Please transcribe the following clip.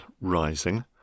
rising